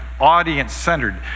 audience-centered